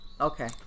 Okay